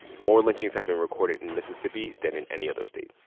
more lynchings have been recorded in mississippi than in any other state.